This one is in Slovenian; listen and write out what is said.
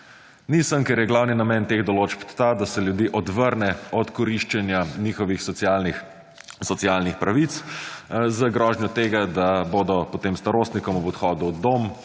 Nisem, ker je glavni namen teh določb ta, da se ljudi odvrne od koriščenja njihovih socialnih pravic z grožnjo tega, da bodo potem starostnikom ob odhodu v dom